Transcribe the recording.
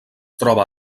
troba